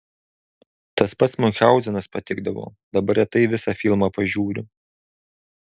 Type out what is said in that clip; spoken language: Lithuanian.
tas pats miunchauzenas patikdavo dabar retai visą filmą pažiūriu